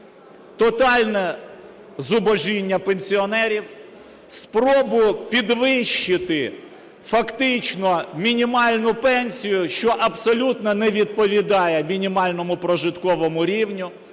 Тотальне зубожіння пенсіонерів, спробу підвищити фактично мінімальну пенсію, що абсолютно не відповідає мінімальному прожитковому рівню